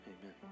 Amen